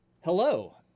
Hello